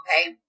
okay